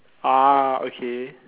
ah okay